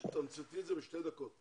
תמצתי את הדברים בשתי דקות.